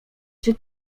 czy